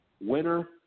winner